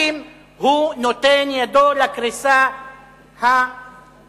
אם הוא נותן ידו לקריסה המתממשת,